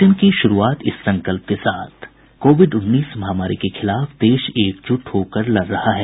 bulletin की शुरूआत से पहले ये संकल्प कोविड उन्नीस महामारी के खिलाफ देश एकजुट होकर लड़ रहा है